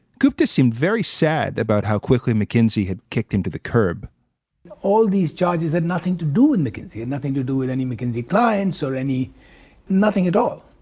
gupta seemed very sad about how quickly mckinsey had kicked him to the curb all these judges had nothing to do with and mckinsey and nothing to do with any mckinsey clients or any nothing at all.